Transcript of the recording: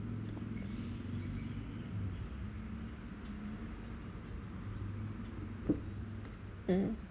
mm